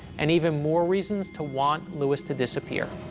and even more reasons to want lewis to disappear.